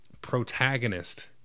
protagonist